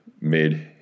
made